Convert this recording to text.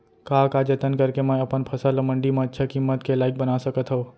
का का जतन करके मैं अपन फसल ला मण्डी मा अच्छा किम्मत के लाइक बना सकत हव?